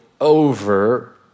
over